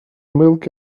milk